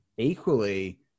Equally